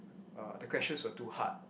uh the questions were too hard